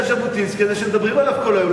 הז'בוטינסקי הזה שמדברים עליו כל היום?